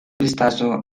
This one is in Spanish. vistazo